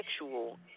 sexual